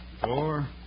Four